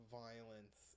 violence